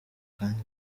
kandi